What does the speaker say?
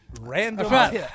Random